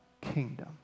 kingdom